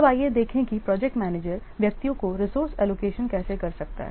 अब आइए देखें कि प्रोजेक्ट मैनेजर व्यक्तियों को रिसोर्से एलोकेशन कैसे कर सकता है